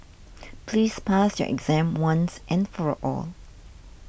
please pass your exam once and for all